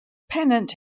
pennant